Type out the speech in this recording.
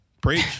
Preach